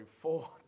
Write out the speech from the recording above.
four